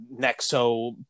Nexo